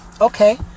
Okay